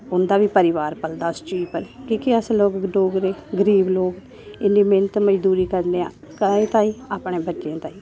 उं'दा बी परिवार पलदा उस चीज़ पर की के अस लोग डोगरे गरीब लोग इन्नी मैह्नत मजदूरी करने आं केह्दे तांई अपने बच्चें तांई